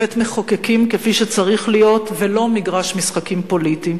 בית-מחוקקים כפי שצריך להיות ולא מגרש משחקים פוליטיים,